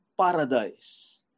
paradise